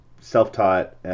self-taught